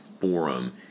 Forum